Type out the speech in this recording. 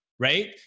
Right